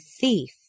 thief